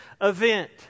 event